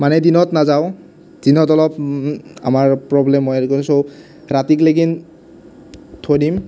মানে দিনত নাযাওঁ দিনত অলপ আমাৰ প্ৰৱলেম হয় চ' ৰাতিক লেগিন থৈ দিম